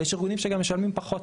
ויש ארגונים שגם משלמים פחות,